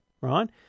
right